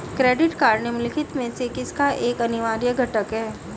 Credit card निम्नलिखित में से किसका एक अनिवार्य घटक है?